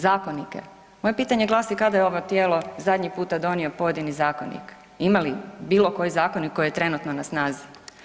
Zakonike, moje pitanje glasi kada je ovo tijelo zadnji puta donijelo pojedini zakonik, ima li ih, bilo koji zakonik koji je trenutno na snazi?